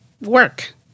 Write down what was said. work